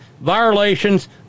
violations